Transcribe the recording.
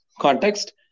context